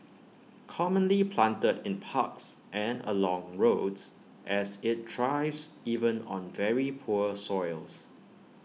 commonly planted in parks and along roads as IT thrives even on very poor soils